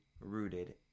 rooted